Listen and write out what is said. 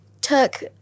took